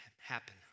happen